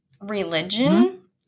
religion